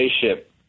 spaceship